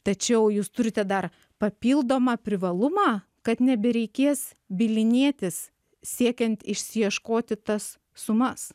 tačiau jūs turite dar papildomą privalumą kad nebereikės bylinėtis siekiant išsiieškoti tas sumas